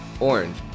orange